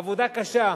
עבודה קשה.